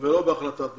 ולא בהחלטת ממשלה.